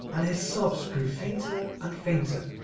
and his sobs grew fainter and fainter,